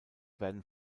werden